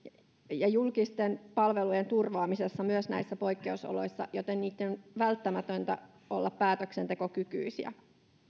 ja julkisten palvelujen turvaamisessa myös näissä poikkeusoloissa joten niitten on välttämätöntä olla päätöksentekokykyisiä